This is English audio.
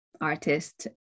artist